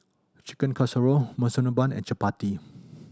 Chicken Casserole Monsunabe and Chapati